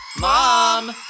Mom